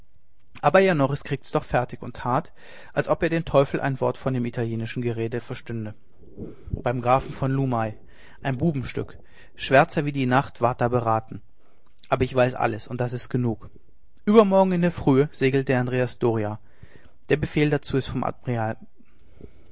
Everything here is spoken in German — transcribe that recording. aber jan norris kriegt's doch fertig und tat als ob er den teufel ein wort von dem italienischen gerede verstünde beim grafen von lumey ein bubenstück schwärzer als die nacht ward da beraten aber ich weiß alles und das ist genug obermorgen in der frühe segelt der andrea doria der befehl dazu ist vom admiral